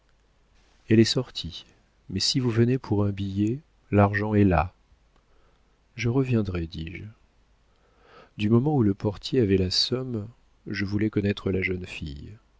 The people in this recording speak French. elle est sortie mais si vous venez pour un billet l'argent est là je reviendrai dis-je du moment où le portier avait la somme je voulais connaître la jeune fille